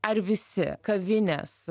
ar visi kavinės